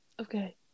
Okay